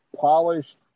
polished